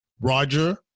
Roger